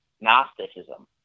Gnosticism